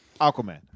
Aquaman